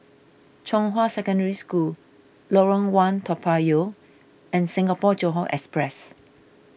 Zhonghua Secondary School Lorong one Toa Payoh and Singapore Johore Express